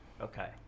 Okay